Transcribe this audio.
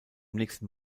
nächsten